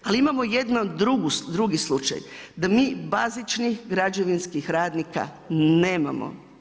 Ali imamo jednu drugi slučaj, da mi bazičnih građevinskih radnika nemamo.